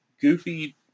goofy